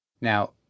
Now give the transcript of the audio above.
Now